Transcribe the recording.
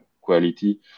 quality